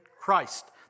Christ